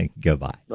Goodbye